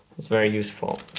it's very useful.